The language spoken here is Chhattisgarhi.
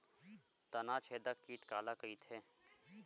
तनाछेदक कीट काला कइथे?